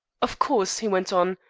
of course, he went on,